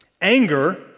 anger